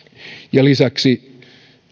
ja lisäksi